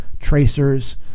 tracers